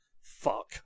fuck